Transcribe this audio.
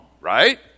right